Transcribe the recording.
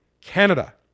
Canada